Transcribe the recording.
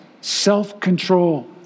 self-control